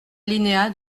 alinéa